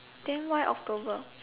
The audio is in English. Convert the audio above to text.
then why October